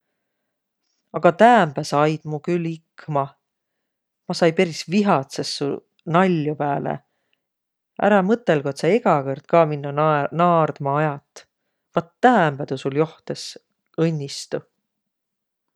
Aga täämbä sa ait mu külh ikma. Ma sai peris vihatsõs su naljo pääle. Ärä mõtõlguq, et sa egä kõrd ka minno nae- naardma ajat! Vat täämbä tuu sul joht es õnnistuq.